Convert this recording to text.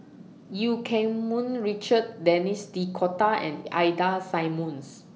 EU Keng Mun Richard Denis D'Cotta and Ida Simmons